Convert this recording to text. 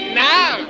now